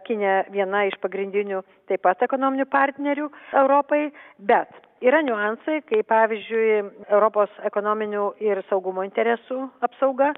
kinija viena iš pagrindinių taip pat ekonominių partnerių europai bet yra niuansai kaip pavyzdžiui europos ekonominių ir saugumo interesų apsauga